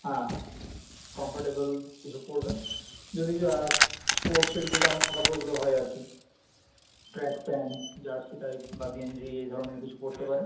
হ্যাঁ হ্যাঁ কমফোর্টেবল কিছু পরবেন যদি যা স্পো স্পোর্টসের যে জামা কাপড়গুলো হয় আর কি ট্রাক প্যান্ট জার্সি টাইপ বা গেঞ্জি এই ধরনের কিছু পরতে পারেন